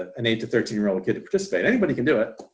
an eight to thirteen year old kid to participate. anybody can do it.